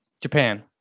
Japan